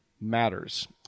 matters